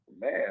man